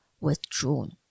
withdrawn